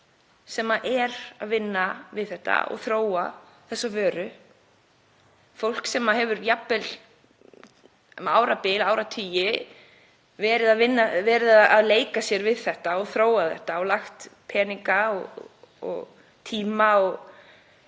sem er að vinna við þetta og þróa þessa vöru, fólk sem hefur jafnvel um árabil og áratugi verið að leika sér við þetta og þróa þetta og lagt í það peninga og tíma og